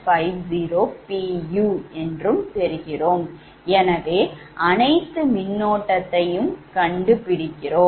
𝑢 எனவே அனைத்து மின்னோட்டத்தை கண்டுபிடிக்கிறோம்